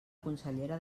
consellera